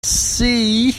see